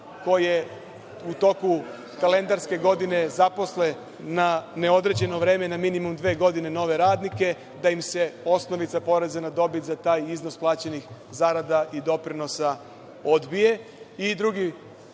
koje u toku kalendarske godine zaposle na neodređeno vreme, na minimum dve godine nove radnike, da im se osnovica poreza na dobit za taj iznos plaćenih zarada i doprinosa odbije.